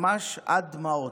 ממש עד דמעות.